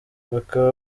bakaba